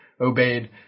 obeyed